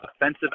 offensive